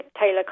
Taylor